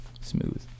smooth